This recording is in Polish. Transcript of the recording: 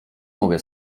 mogę